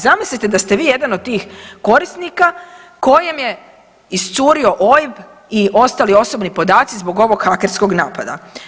Zamislite da ste vi jedan od tih korisnika kojem je iscurio OIB i ostali osobni podaci zbog ovog hakerskog napada.